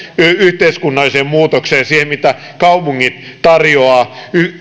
yhteiskunnalliseen muutokseen siihen mitä kaupungit tarjoavat